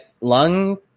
lung